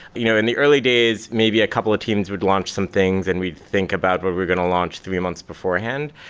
you know in the early days, maybe a couple of teams would launch some things and we think about what we're going to launch three months beforehand.